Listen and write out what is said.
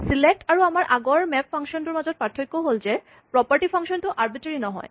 select আৰু আমাৰ আগৰ মেপ ফাংচনটোৰ মাজত পাৰ্থক্য হ'ল যে প্ৰপাৰ্টী ফাংচন টো আৰ্বিট্ৰেৰী নহয়